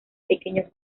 pequeños